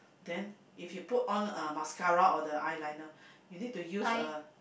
then if you put on uh mascara or the eyeliner you need to use a